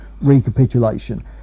recapitulation